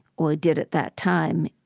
or did at that time,